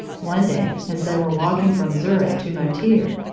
one day, as they were walking from zurich to motier,